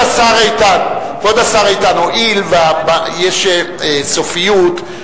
הואיל ויש סופיות,